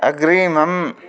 अग्रिमम्